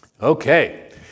Okay